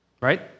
right